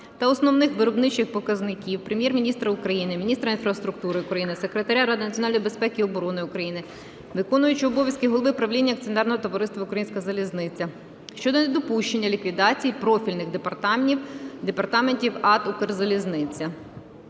та основних виробничих показників, Прем'єр-міністра України, міністра інфраструктури України, Секретаря Ради національної безпеки і оборони України, виконуючого обов'язки голови правління Акціонерного товариства "Українська залізниця" щодо недопущення ліквідації профільних департаментів АТ "Укрзалізниця".